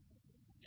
அன்று